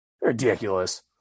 Ridiculous